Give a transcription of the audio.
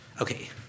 Okay